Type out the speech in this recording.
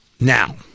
now